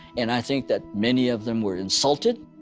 and i think that many of them were insulted.